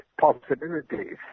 possibilities